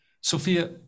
Sophia